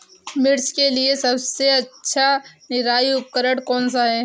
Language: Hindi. मिर्च के लिए सबसे अच्छा निराई उपकरण कौनसा है?